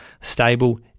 stable